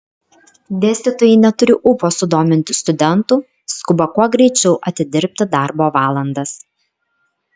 dėstytojai neturi ūpo sudominti studentų skuba kuo greičiau atidirbti darbo valandas